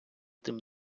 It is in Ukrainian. тим